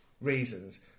reasons